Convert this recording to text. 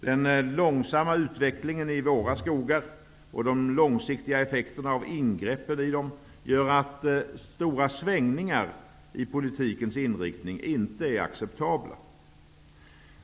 Den långsamma utvecklingen i våra skogar och de långsiktiga effekterna av ingreppen i dem gör att stora svängningar i politikens inriktning inte är acceptabla.